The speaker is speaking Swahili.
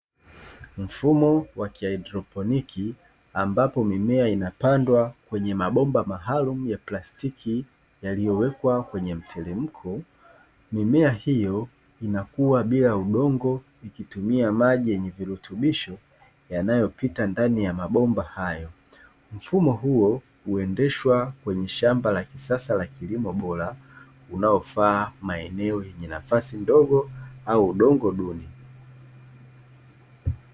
Mfuma wa kielepdrodoniki ambapo maji yenye virutubisho hutumika mfumo huo hautumii udongo na hufaa katika eneo dogo la ardhi